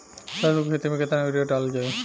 सरसों के खेती में केतना यूरिया डालल जाई?